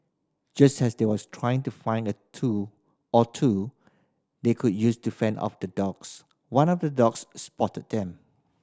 just as they was trying to find a tool or two they could use to fend off the dogs one of the dogs spotted them